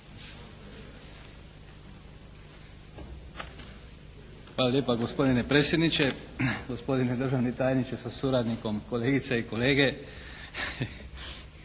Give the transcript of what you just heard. Hvala lijepa gospodine predsjedniče, gospodine državni tajniče sa suradnikom, kolegice i kolege.